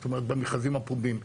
זאת אומרת במכרזים הפומביים,